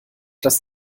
lasst